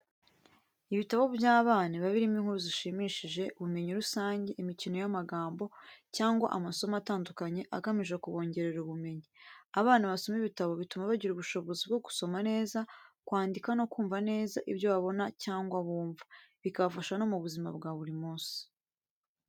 Ibitabo by'abana biba birimo inkuru zishimishije, ubumenyi rusange, imikino y'amagambo, cyangwa amasomo atandukanye agamije kubongerera ubumenyi. Abana basoma ibitabo bituma bagira ubushobozi bwo gusoma neza, kwandika no kumva neza ibyo babona cyangwa bumva, bikabafasha no mu buzima bwa buri munsi.